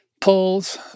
polls